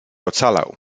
ocalał